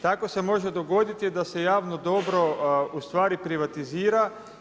Tako se može dogoditi da se javno dobro u stvari privatizira.